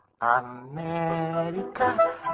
America